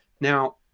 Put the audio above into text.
Now